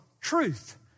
truth